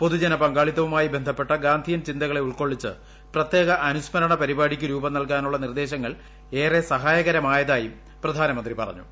പൊതുജന പങ്കാളിത്തവുമായി ബന്ധപ്പെട്ട ഗാന്ധിയൻ ചിന്തകളെ ഉൾക്കൊള്ളിച്ച് പ്രത്യേക അനുസ്മരണ പരിപാടിക്ക് രൂപം നൽകാനുള്ള നിർദ്ദേശങ്ങൾ ഏറെ സഹായകരമായതായും പ്രധ്യാനമന്ത്രി പറഞ്ഞു